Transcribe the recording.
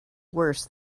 worse